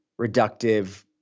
reductive